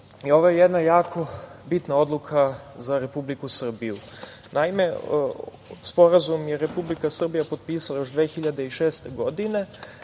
je jedna jako bitna odluka za Republiku Srbiju. Naime, Sporazum je Republika Srbija potpisala još 2006. godine,